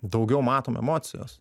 daugiau matom emocijas